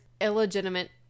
illegitimate